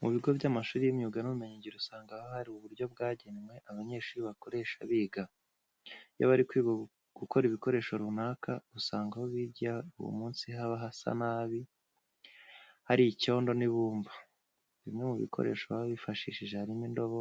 Mu bigo by'amashuri y'imyuga n'ubumenyingiro usanga haba hari uburyo bwagenwe abanyeshuri bakoresha biga. Iyo bari kwiga gukora ibikoresho runaka, usanga aho bigiye uwo munsi haba hasa nabi, hari icyondo n'ibumba. Bimwe mu bikoresho baba bifashishije harimo indobo,